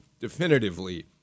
definitively